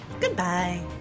Goodbye